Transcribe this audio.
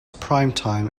primetime